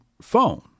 phone